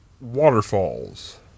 Waterfalls